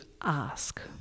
ask